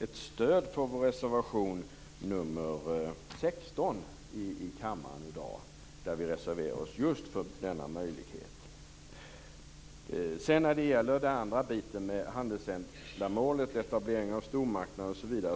ett stöd för vår reservation nr 16, där vi reserverar oss just för denna möjlighet. Jag tror däremot inte att vi har samma synsätt vad gäller handelsändamålet, etableringar av stormarknader, osv.